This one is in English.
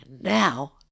now